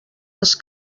les